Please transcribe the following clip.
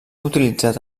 utilitzat